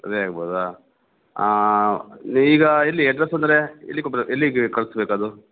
ಅದೇ ಆಗ್ಬೌದಾ ಈಗ ಎಲ್ಲಿ ಎಡ್ರೆಸ್ಸ್ ಅಂದರೆ ಎಲ್ಲಿಗೆ ಎಲ್ಲಿಗೆ ಕಳ್ಸ್ಬೇಕು ಅದು